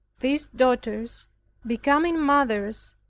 these daughters becoming mothers,